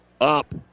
Up